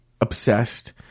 obsessed